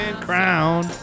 Crown